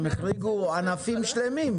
הם החריגו ענפים שלמים.